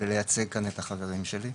ולייצג כאן את החברים שלי.